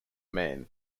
man